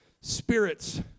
spirits